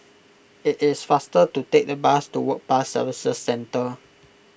it is faster to take the bus to Work Pass Services Centre